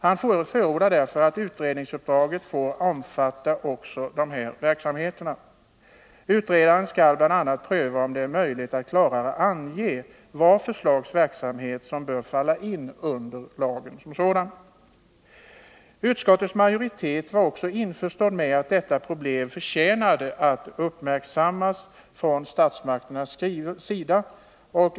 Han förordar därför att utredningsuppdraget får omfatta dessa verksamheter. Utredaren skall bl.a. pröva om det är möjligt att klarare ange vad för slags verksamhet som bör falla in under lagen. Utskottets majoritet var också införstådd med att detta problem förtjänade uppmärksamhet från statsmakternas sida.